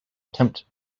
attempt